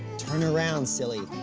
turn around, silly.